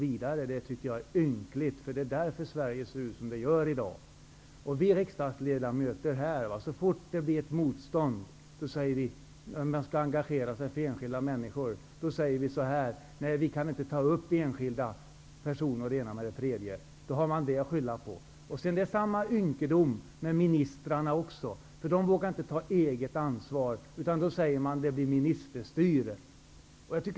Det tycker jag är ynkligt. Och därför ser Sverige ut som det gör i dag. Vi riksdagsledamöter säger så fort det blir motstånd mot något, och engagemang för enskilda människor uppstår, att vi inte kan diskutera i enskilda fall. Då skyller man alltså på det. Ynkedomen är densamma när det gäller ministrarna. De vågar inte ta något eget ansvar. Då blir det ministerstyre, säger man.